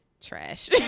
trash